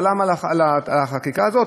קל וחומר שזה לא צריך להגיע לזה.